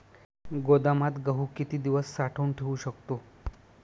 गोदामात गहू किती दिवस साठवून ठेवू शकतो?